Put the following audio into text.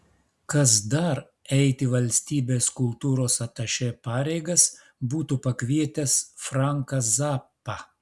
kas dar eiti valstybės kultūros atašė pareigas būtų pakvietęs franką zappą